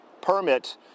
permit